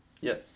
Yes